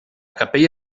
capella